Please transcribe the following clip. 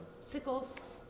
Sickles